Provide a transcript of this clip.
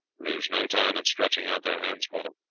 lose no time in stretching out their hands for them.